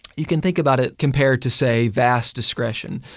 you can think about it compared to, say, vast discretion.